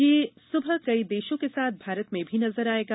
यह सुबह कई देशों के साथ भारत में भी नज़र आएगा